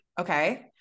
Okay